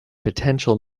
potential